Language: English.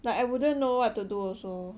like I wouldn't know what to do also